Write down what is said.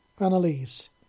Annalise